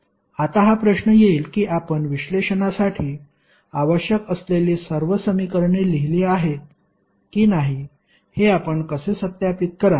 आता हा प्रश्न येईल की आपण विश्लेषणासाठी आवश्यक असलेली सर्व समीकरणे लिहली आहेत की नाही हे आपण कसे सत्यापित कराल